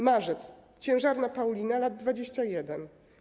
Marzec - ciężarna Paulina, lat 21.